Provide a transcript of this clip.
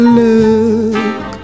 look